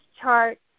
chart